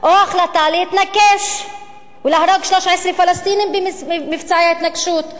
או ההחלטה להתנקש ולהרוג 13 פלסטינים במבצע התנקשות,